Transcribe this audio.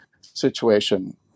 situation